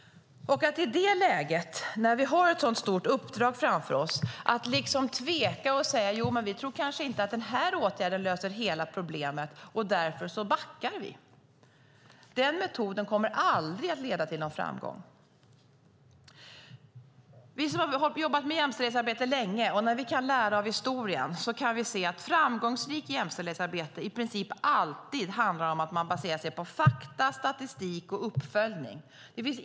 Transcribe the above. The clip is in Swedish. Att i det läget, när vi har ett sådant stort uppdrag framför oss, tveka och säga att man inte tror att den åtgärden löser hela problemet så därför backar vi - den metoden kommer aldrig att leda till någon framgång. Vi som har jobbat med jämställdhetsarbete länge kan lära av historien. Vi kan se att ett framgångsrikt jämställdhetsarbete i princip alltid handlar om att man baserar sig på fakta, statistik och uppföljning.